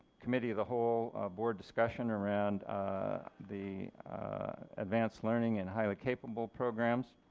committee of the whole board discussion around the advanced learning and highly capable programs.